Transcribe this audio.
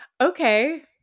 Okay